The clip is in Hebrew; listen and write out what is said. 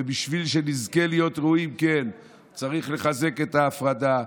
ובשביל שנזכה להיות ראויים, צריך לחזק את ההפרדה,